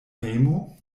hejmo